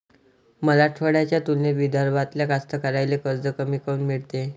मराठवाड्याच्या तुलनेत विदर्भातल्या कास्तकाराइले कर्ज कमी काऊन मिळते?